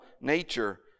nature